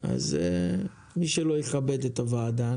אז מי שלא יכבד את הוועדה,